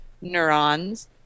neurons